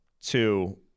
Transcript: two